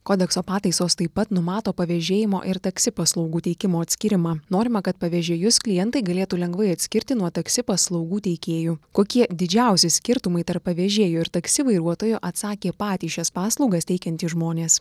kodekso pataisos taip pat numato pavėžėjimo ir taksi paslaugų teikimo atskyrimą norima kad pavežėjus klientai galėtų lengvai atskirti nuo taksi paslaugų teikėjų kokie didžiausi skirtumai tarp pavežėjo ir taksi vairuotojo atsakė patys šias paslaugas teikiantys žmonės